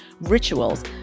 rituals